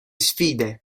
sfide